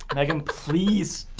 and megan, please